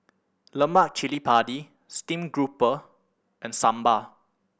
lemak cili padi stream grouper and sambal